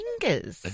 fingers